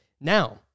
Now